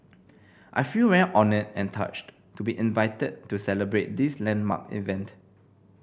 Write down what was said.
I feel very honoured and touched to be invited to celebrate this landmark event